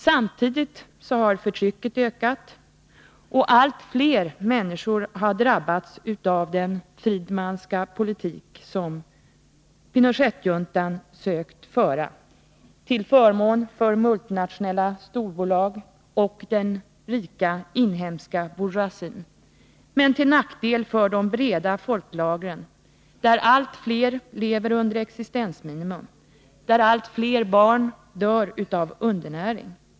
Samtidigt har förtrycket ökat, och allt flera människor har drabbats av den Friedmannska politik som Pinochet-juntan sökt föra till förmån för multinationella storbolag och den rika inhemska bourgeoisien men till nackdel för de breda folklagren, där allt flera lever under existensminimum och där allt flera barn dör av undernäring.